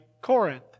Corinth